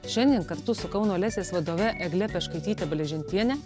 šiandien kartu su kauno lesės vadove egle pečkaityte bležentiene